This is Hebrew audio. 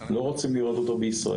או לא ערביי ישראל.